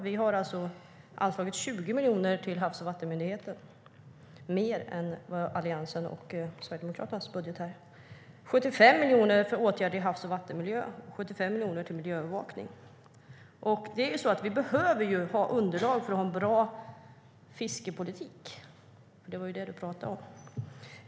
Vi har anslagit 20 miljoner mer till Havs och vattenmyndigheten än i Alliansens och Sverigedemokraternas budget. Vi har anslagit 75 miljoner för åtgärder i havs och vattenmiljö och 75 miljoner till miljöövervakning. Vi behöver ha underlag för en bra fiskepolitik, som du pratade om.